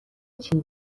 چیز